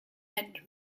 end